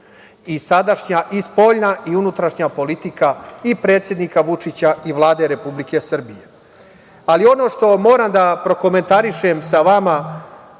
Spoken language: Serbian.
i sadašnja i spoljna i unutrašnja politika i predsednika Vučića i Vlade Republike Srbije. Ono što moram da prokomentarišem sa vama,